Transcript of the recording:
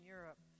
Europe